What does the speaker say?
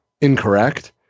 incorrect